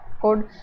code